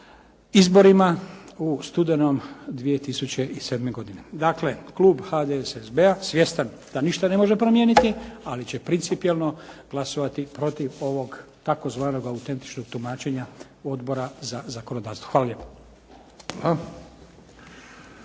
izborima u studenom 2007. godine. Dakle, Klub HDSSB-a, svjestan da ništa ne može promijeniti, ali će principijelno glasovati protiv ovog, tzv. autentičnog tumačenja Odbora za zakonodavstvo. Hvala lijepo.